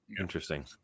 Interesting